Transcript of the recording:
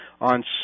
on